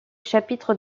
chapitre